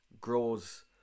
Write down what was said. grows